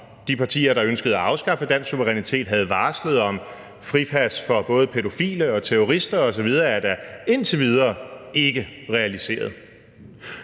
de partier, der ønskede at afskaffe dansk suverænitet, havde varslet om fripas for både pædofile og terrorister osv., er da indtil videre ikke realiseret.